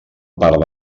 part